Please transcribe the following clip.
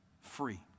Free